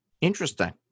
Interesting